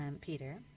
Peter